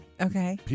Okay